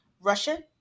Russian